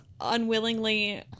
unwillingly